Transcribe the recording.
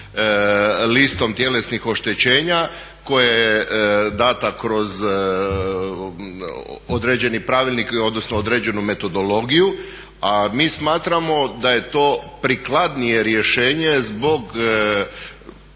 listom tjelesnih oštećenja koja je data kroz određeni pravilnik odnosno određenu metodologiju. A mi smatramo da je to prikladnije rješenje zbog